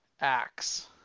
Acts